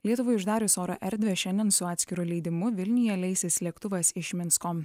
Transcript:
lietuvai uždarius oro erdvę šiandien su atskiru leidimu vilniuje leisis lėktuvas iš minsko